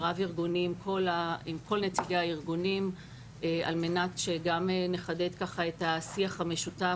רב-ארגונים עם כל נציגי הארגונים על מנת שגם נחדד את השיח המשותף